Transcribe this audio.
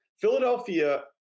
Philadelphia